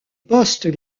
postes